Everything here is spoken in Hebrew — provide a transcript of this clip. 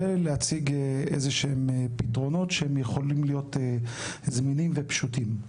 ולהציג איזה שהם פתרונות שהם יכולים להיות זמינים ופשוטים.